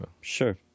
Sure